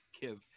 give